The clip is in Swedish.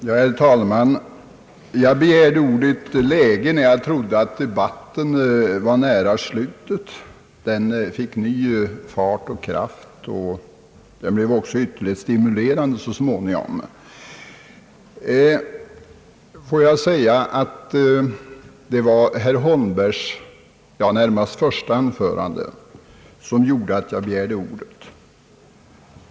Herr talman! Jag begärde ordet i ett läge när jag trodde att debatten var nära sitt slut. Den fick så småningom ny fart och kraft och blev också ytterligt stimulerande. Det var emellertid närmast herr Holmbergs första anförande som fick mig att begära ordet.